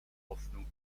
hoffnung